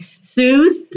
Soothe